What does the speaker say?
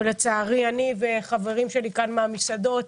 לצערי אני וחברים שלי כאן מהמסעדות,